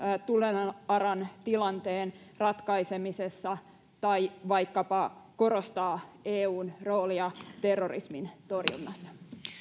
tulenaran tilanteen ratkaisemisessa tai vaikkapa korostaa eun roolia terrorismin torjunnassa